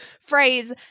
phrase